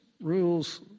rules